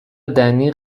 دنی